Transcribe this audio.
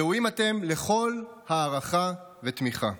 ראויים אתם לכל הערכה ותמיכה.